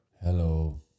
Hello